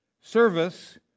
service